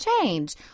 change